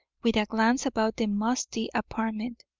with a glance about the musty apartment.